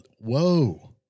whoa